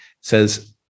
says